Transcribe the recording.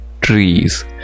trees